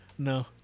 no